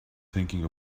thinking